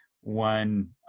one